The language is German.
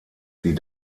sie